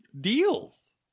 deals